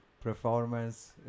performance